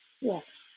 Yes